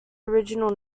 original